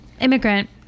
immigrant